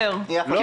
זה